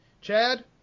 Chad